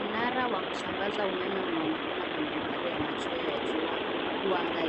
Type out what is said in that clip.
Mnara wa kusambaza umeme unaonekana kwa mandhari ya machweo ya jua huku anga